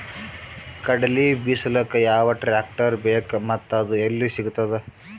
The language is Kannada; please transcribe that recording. ಕಡಲಿ ಬಿಡಿಸಲಕ ಯಾವ ಟ್ರಾಕ್ಟರ್ ಬೇಕ ಮತ್ತ ಅದು ಯಲ್ಲಿ ಸಿಗತದ?